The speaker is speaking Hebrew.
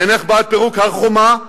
אינך בעד פירוק הר-חומה?